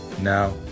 Now